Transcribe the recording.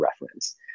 reference